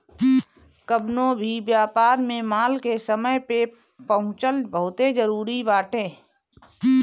कवनो भी व्यापार में माल के समय पे पहुंचल बहुते जरुरी बाटे